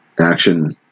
action